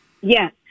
Yes